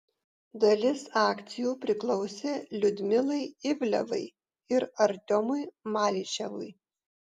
dalis akcijų priklausė liudmilai ivlevai ir artiomui malyševui